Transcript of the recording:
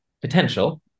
potential